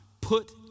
put